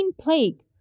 plague